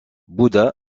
bouddha